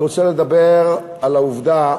אני רוצה לדבר על העובדה